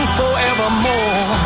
forevermore